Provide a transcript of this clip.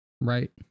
right